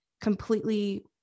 completely